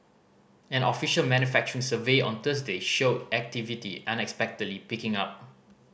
an official manufacturing survey on Thursday showed activity unexpectedly picking up